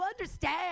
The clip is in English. understand